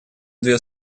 две